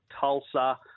Tulsa